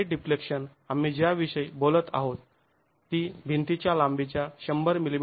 तर हे डिफ्लेक्शन आम्ही ज्या विषय बोलत आहोत ती भिंतीच्या लांबीच्या १०० मि